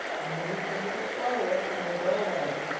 he moved a little forward in the doorway.